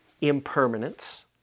impermanence